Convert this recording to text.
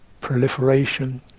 proliferation